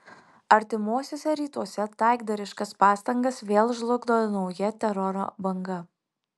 artimuosiuose rytuose taikdariškas pastangas vėl žlugdo nauja teroro banga